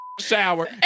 shower